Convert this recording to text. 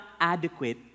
adequate